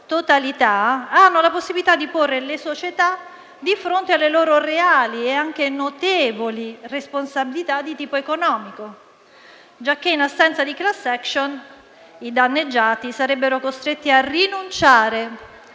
totalità, hanno la possibilità di porre le società di fronte alle loro reali, e anche notevoli, responsabilità di tipo economico, giacché in assenza di *class action* i danneggiati sarebbero costretti a rinunciare